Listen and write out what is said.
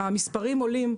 המספרים עולים,